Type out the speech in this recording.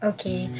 Okay